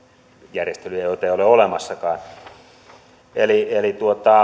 järjestelyjä joita ei ole olemassakaan